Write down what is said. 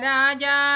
Raja